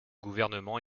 gouvernement